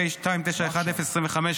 פ/2910/25,